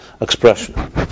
expression